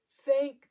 Thank